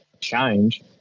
change